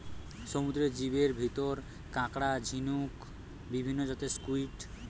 সমুদ্রের জীবের ভিতরে কাকড়া, ঝিনুক, বিভিন্ন জাতের স্কুইড,